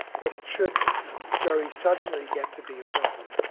but it should very suddenly get to be a problem.